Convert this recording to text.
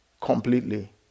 completely